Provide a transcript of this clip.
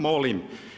Molim?